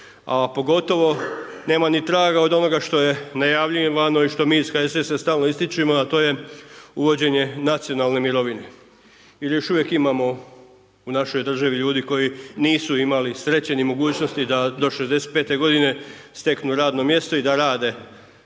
a pogotovo nema ni traga od onoga što je najavljivano i što mi iz HSS-a stalno ističemo a to je uvođenje nacionalne mirovine jer još uvijek imamo u našoj državi ljudi koji nisu imali sreće ni mogućnosti da do 65 godine steknu radno mjesto i da rade i